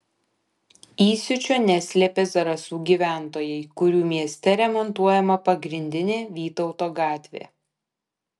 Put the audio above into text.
įsiūčio neslėpė zarasų gyventojai kurių mieste remontuojama pagrindinė vytauto gatvė